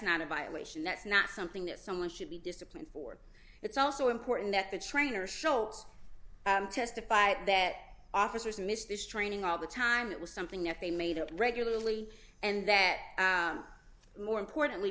not a violation that's not something that someone should be disciplined for it's also important that the trainer scholz testified that officers missed this training all the time it was something that they made up regularly and that more importantly